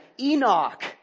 Enoch